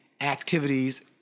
activities